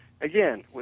Again